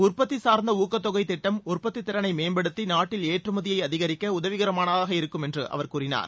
உற்பத்தி சார்ந்த ஊக்கத்தொகைத் திட்டம் உற்பத்தித் திறனை மேம்படுத்தி நாட்டில் ஏற்றுமதியை அதிகரிக்க உதவிகரமாக இருக்கும் என்றும் அவர் கூறினார்